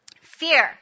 Fear